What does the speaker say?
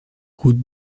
route